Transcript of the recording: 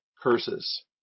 curses